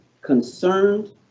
concerned